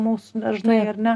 mūsų dažnai ar ne